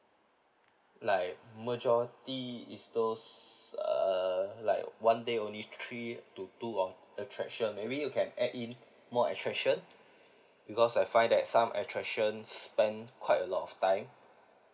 like majority is those err like one day only trip to two of attraction maybe you can add in more attraction because I find that some attractions spent quite a lot of time